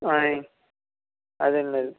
ఆయ్ అదే అండి అదే